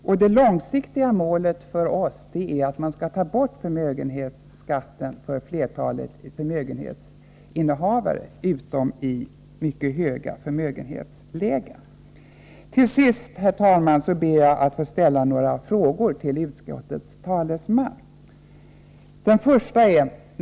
Det långsiktiga målet för oss är att man skall ta bort förmögenhetsbeskattningen av förmögenhetsinnehavare utom när det gäller mycket höga förmögenheter. Till sist, herr talman, ber jag att få ställa några frågor till utskottets talesman: 1.